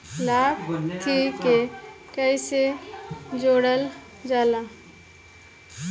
लभार्थी के कइसे जोड़ल जाला?